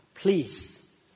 Please